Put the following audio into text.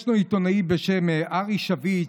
ישנו עיתונאי בשם ארי שביט,